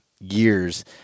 years